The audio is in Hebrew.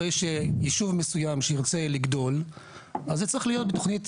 הרי שיישוב מסוים שירצה לגדול אז זה צריך להיות בתוכנית